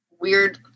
weird